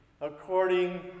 according